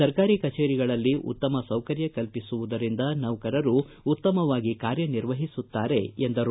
ಸರ್ಕಾರಿ ಕಚೇರಿಗಳಲ್ಲಿ ಉತ್ತಮ ಸೌಕರ್ಯ ಕಲ್ಪಿಸುವುದರಿಂದ ನೌಕರರು ಉತ್ತಮವಾಗಿ ಕಾರ್ಯನಿರ್ವಹಿಸುತ್ತಾರೆ ಎಂದರು